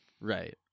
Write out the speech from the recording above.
Right